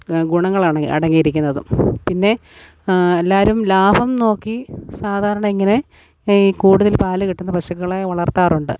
ഗുണങ്ങളണ അടങ്ങിയിരിക്കുന്നതും പിന്നെ എല്ലാരും ലാഭം നോക്കി സാധാരണ ഇങ്ങനെ ഈ കൂടുതൽ പാലു കിട്ടുന്ന പശുക്കളെ വളർത്താറുണ്ട്